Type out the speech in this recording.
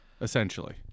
essentially